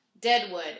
Deadwood